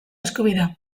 eskubidea